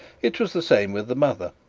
it was the same with the mother.